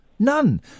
None